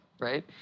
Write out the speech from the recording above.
Right